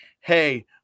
hey